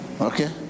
Okay